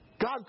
God